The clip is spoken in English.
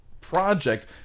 project